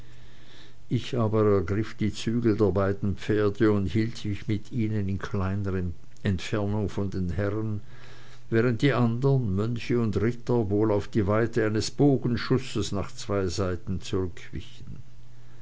ich aber ergriff die zügel der beiden pferde und hielt mich mit ihnen in kleiner entfernung von den herren während die andern mönche und ritter wohl auf die weite eines bogenschusses nach zwei seiten zurückwichen